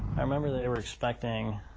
i remember they were expecting